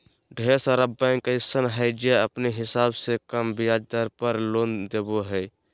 ढेर सारा बैंक अइसन हय जे अपने हिसाब से कम ब्याज दर पर लोन देबो हय